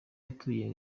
atuye